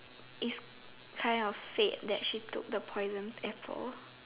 it's kinda of fate that she took the poison apple